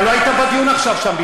לא היית בדיון עכשיו שם,